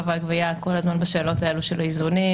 והגבייה כל הזמן בשאלות האלה של האיזונים,